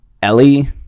Ellie